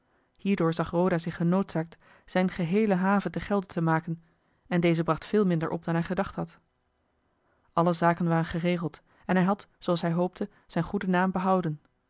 hierdoor zag roda zich genoodzaakt zijne geheele have te gelde te maken en deze bracht veel minder op dan hij gedacht had alle zaken waren geregeld en hij had zooals hij hoopte zijn goeden naam behouden